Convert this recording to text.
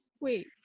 wait